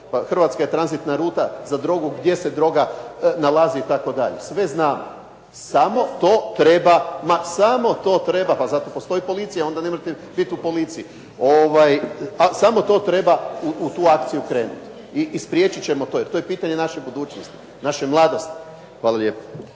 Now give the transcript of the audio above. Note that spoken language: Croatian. Hrvatska je tranzitna ruta za drogu, gdje se droga nalazi itd. Sve znamo, samo to treba, ma samo to treba, pa zato postoji policija onda nemojte biti u policiji, samo to treba u tu akciju krenuti i spriječit ćemo to jer to je pitanje naše budućnosti, naše mladosti. Hvala lijepo.